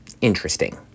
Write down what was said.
interesting